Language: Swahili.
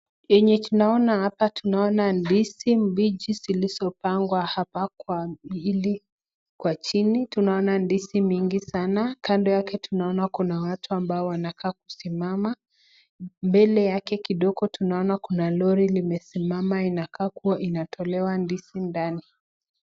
Yenye tunaona hapa, tunaona ndizi mbichi zilisopangwa hapa kwa hili kwa chini. Tunaona ndizi mingi sana. Kando yake tunaona kuna watu ambao wanakaa kusimama. Mbele yake kidogo tunaona kuna lori limesimama inakaa kuwa inatolewa ndizi ndani